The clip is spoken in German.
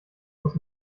muss